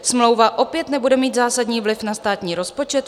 Smlouva opět nebude mít zásadní vliv na státní rozpočet.